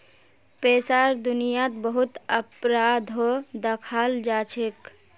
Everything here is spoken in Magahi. पैसार दुनियात बहुत अपराधो दखाल जाछेक